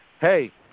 hey